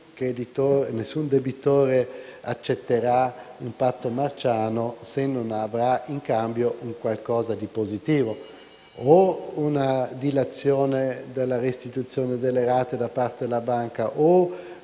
nessun debitore accetterà un patto marciano se non avrà in cambio qualcosa di positivo come una dilazione della restituzione delle rate da parte delle banche,